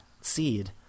seed